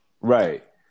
right